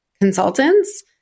consultants